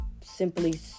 Simply